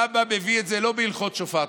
הרמב"ם מביא את זה לא בהלכות שופר,